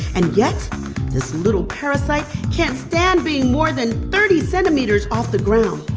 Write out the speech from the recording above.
and yet this little parasite can't stand being more than thirty centimeters off the ground.